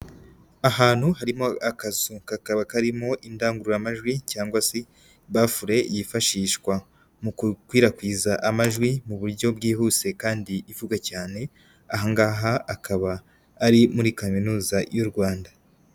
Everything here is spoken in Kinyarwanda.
Ahantu harimo akazu, kakaba karimo indangururamajwi cyangwa se bafure yifashishwa mu gukwirakwiza amajwi mu buryo bwihuse kandi ivuga cyane. Aha ngaha akaba ari muri kaminuza y'u Rwanda.